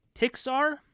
Pixar